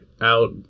out